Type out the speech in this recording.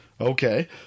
okay